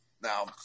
Now